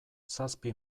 zazpi